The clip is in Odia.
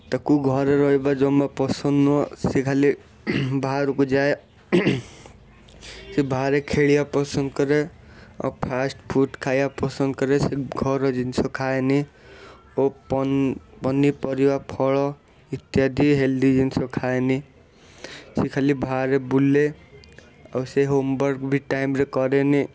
ତାକୁ ଘରେ ରହିବ ଜମା ପସନ୍ଦ ନୁହଁ ସେ ଖାଲି ବାହାରକୁ ଯାଏ ଯାଏ ସେ ବାହାରେ ଖେଳିବା ପସନ୍ଦ କରେ ଆଉ ଫାଷ୍ଟଫୁଡ଼ ଖାଇବା ପସନ୍ଦ କରେ ସେ ଘର ଜିନିଷ ଖାଏନି ଓ ପନ ପନିପରିବା ଫଳ ଇତ୍ୟାଦି ହେଲ୍ଦି ଜିନିଷ ଖାଏନି ସେ ଖାଲି ବାହାରେ ବୁଲେ ଆଉ ସେ ହୋମୱାର୍କ ବି ଟାଇମରେ କରେନି